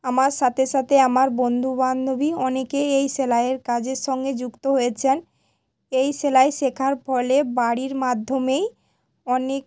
আমার সাথে সাথে আমার বন্ধু বান্ধবী অনেকেই এই সেলাইয়ের কাজের সঙ্গে যুক্ত হয়েছেন এই সেলাই শেখার ফলে বাড়ির মাধ্যমেই অনেক